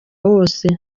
wose